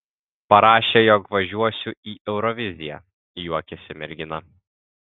parašė jog važiuosiu į euroviziją juokėsi mergina